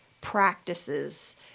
practices